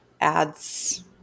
ads